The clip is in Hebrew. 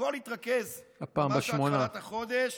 הכול התרכז ממש בהתחלת החודש,